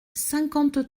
cinquante